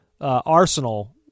Arsenal